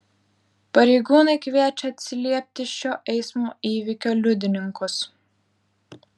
pareigūnai kviečia atsiliepti šio eismo įvykio liudininkus